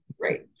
Great